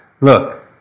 look